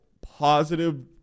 positive